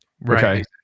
Right